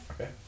Okay